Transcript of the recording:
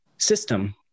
system